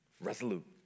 resolute